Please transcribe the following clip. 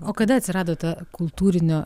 o kada atsirado ta kultūrinio